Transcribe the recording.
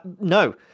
no